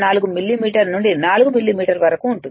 4 millimetre నుండి 4 millimetre వరకు ఉంటుంది